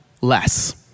less